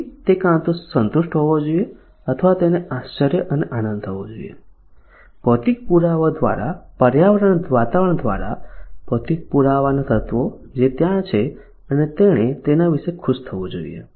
પછી તે કાં તો સંતુષ્ટ હોવો જોઈએ અથવા તેને આશ્ચર્ય અને આનંદ થવો જોઈએ ભૌતિક પુરાવાઓ દ્વારા વાતાવરણ દ્વારા ભૌતિક પુરાવાના તત્વો જે ત્યાં છે અને તેણે તેના વિશે ખુશ થવું જોઈએ